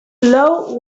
lowe